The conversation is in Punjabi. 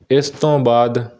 ਇਸ ਤੋਂ ਬਾਅਦ